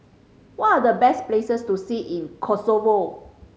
what are the best places to see in Kosovo